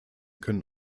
können